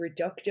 reductive